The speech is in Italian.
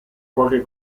qualche